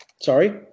Sorry